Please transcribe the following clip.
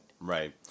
Right